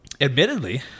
admittedly